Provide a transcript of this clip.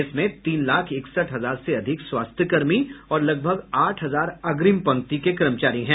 इसमें तीन लाख इकसठ हजार से अधिक स्वास्थ्यकर्मी और लगभग आठ हजार अग्रिम पंक्ति के कर्मचारी है